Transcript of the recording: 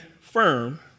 firm